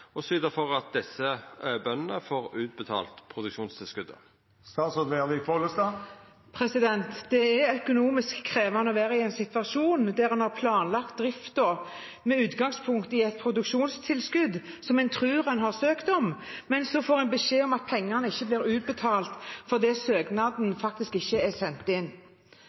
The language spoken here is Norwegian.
og syte for at desse bøndene får utbetalt produksjonstilskot?» Det er økonomisk krevende å være i en situasjon der en har planlagt driften med utgangspunkt i et produksjonstilskudd som en tror en har søkt om, men så får beskjed om at pengene ikke blir utbetalt fordi søknaden faktisk ikke er sendt inn.